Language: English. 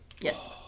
Yes